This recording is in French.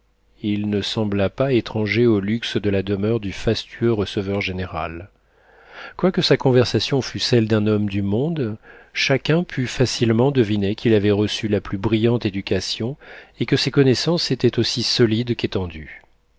il ne sembla pas étranger au luxe de la demeure du fastueux receveur-général quoique sa conversation fût celle d'un homme du monde chacun put facilement deviner qu'il avait reçu la plus brillante éducation et que ses connaissances étaient aussi solides qu'étendues